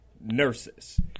nurses